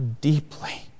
deeply